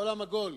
העולם עגול,